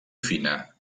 fina